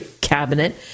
cabinet